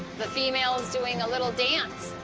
the female's doing a little dance.